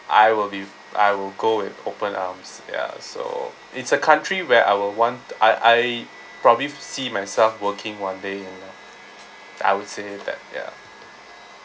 I will be I will go with open arms ya so it's a country where I will want I I probably see myself working one day and uh I would say that ya